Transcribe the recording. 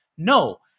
No